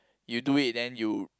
you do it then you